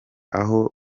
baba